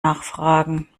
nachfragen